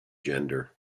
gender